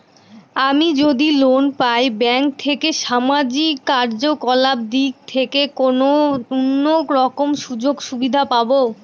আমি যদি লোন পাই ব্যাংক থেকে সামাজিক কার্যকলাপ দিক থেকে কোনো অন্য রকম সুযোগ সুবিধা পাবো?